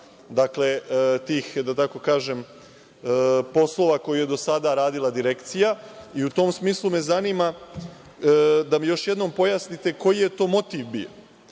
da je u pitanju održavanje tih poslova koje je do sada radila Direkcija i u tom smislu me zanima da mi još jednom pojasnite koji je to motiv bio,